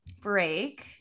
break